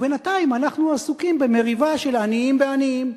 ובינתיים אנחנו עסוקים במריבה של עניים בעניים,